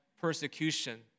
persecution